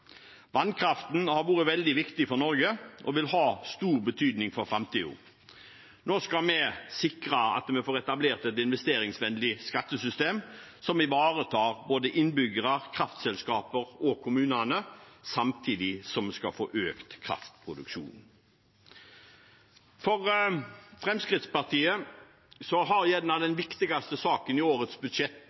Vannkraften har vært veldig viktig for Norge og vil ha stor betydning for framtiden. Nå skal vi sikre at vi får etablert et investeringsvennlig skattesystem som ivaretar både innbyggere, kraftselskap og kommunene, samtidig som vi skal få økt kraftproduksjon. For Fremskrittspartiet har kanskje den viktigste saken i årets budsjett